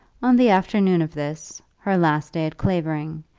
on the afternoon of this, her last day at clavering,